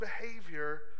behavior